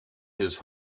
his